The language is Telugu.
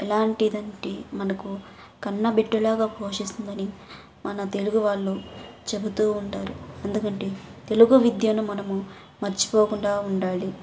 ఎలాంటిదంటే మనకు కన్నబిడ్డలాగ పోషిస్తుందని మన తెలుగు వాళ్ళు చెబుతూ ఉంటారు ఎందుకంటే తెలుగు విద్యను మనము మర్చిపోకుండా ఉండాలి